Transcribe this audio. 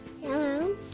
Hello